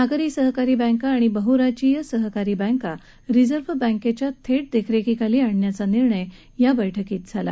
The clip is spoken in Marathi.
नागरी सहकारी बँका आणि बहराज्यीय सहकारी बँका रिझर्व बँकेच्या थेट देखरेखीखाली आणण्याचा निर्णयही या बैठकीत झाला